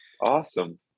Awesome